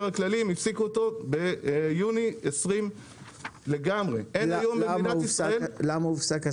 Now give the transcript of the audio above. הכללי הם הפסיקו לגמרי ביוני 2020. למה הופסק הסקר?